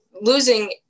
losing